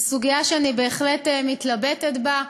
זו סוגיה שאני בהחלט מתלבטת בה,